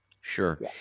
Sure